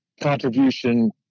contribution